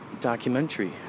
documentary